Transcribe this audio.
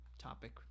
Topic